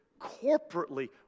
corporately